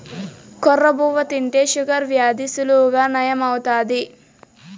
కొర్ర బువ్వ తింటే షుగర్ వ్యాధి సులువుగా నయం అవుతాది